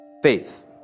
Faith